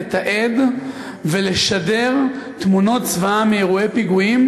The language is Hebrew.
לתעד ולשדר תמונות זוועה מאירועי פיגועים,